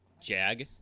Jag